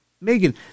Megan